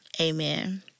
amen